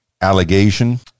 Allegation